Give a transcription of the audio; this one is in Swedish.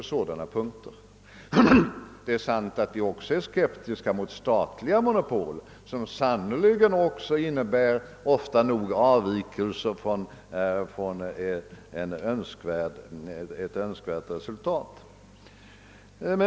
Det är sant att vi också är skeptiska mot statliga monopol, som sannerligen ofta får icke önskade konsekvenser.